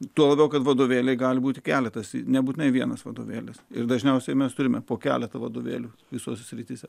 toliau kad vadovėliai gali būti keletas nebūtinai vienas vadovėlis ir dažniausiai mes turime po keletą vadovėlių visose srityse